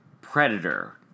Predator